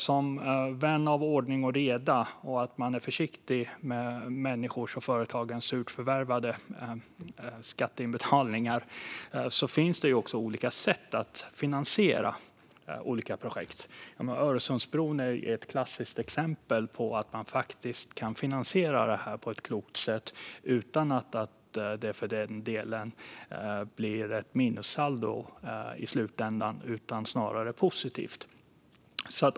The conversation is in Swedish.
Som vän av ordning och reda och att man är försiktig med människors och företagens surt förvärvade skatteinbetalningar vill jag säga att det finns olika sätt att finansiera olika projekt. Öresundsbron är ett klassiskt exempel på att man faktiskt kan finansiera detta på ett klokt sätt utan att det för den delen blir ett minussaldo i slutändan utan snarare positivt.